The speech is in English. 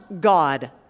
God